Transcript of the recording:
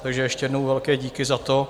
Takže ještě jednou velké díky za to.